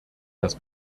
das